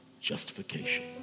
justification